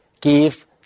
give